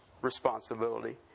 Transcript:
responsibility